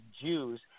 Jews